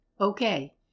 Okay